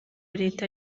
leta